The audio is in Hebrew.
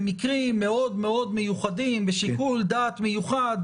במקרים מאוד מאוד מיוחדים ושיקול דעת מיוחד,